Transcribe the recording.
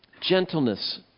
Gentleness